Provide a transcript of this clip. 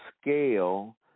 scale